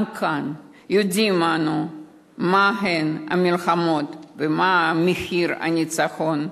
גם כאן יודעים אנו מה הן מלחמות ומה הוא מחיר הניצחון.